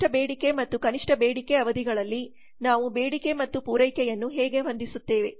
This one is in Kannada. ಗರಿಷ್ಠ ಬೇಡಿಕೆ ಮತ್ತು ಕನಿಷ್ಟ ಬೇಡಿಕೆ ಅವಧಿಗಳಲ್ಲಿ ನಾವು ಬೇಡಿಕೆ ಮತ್ತು ಪೂರೈಕೆಯನ್ನು ಹೇಗೆ ಹೊಂದಿಸುತ್ತೇವೆ